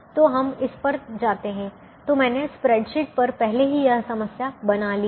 तो हम इस पर वापस जाते हैं और मैंने स्प्रेडशीट पर पहले ही यह समस्या बना ली है